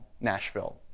Nashville